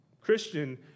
Christian